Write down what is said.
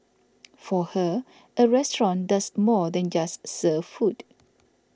for her a restaurant does more than just serve food